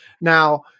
Now